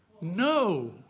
no